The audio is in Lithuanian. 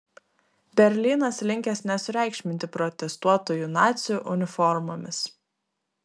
berlynas linkęs nesureikšminti protestuotojų nacių uniformomis